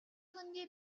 хөндий